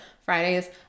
Fridays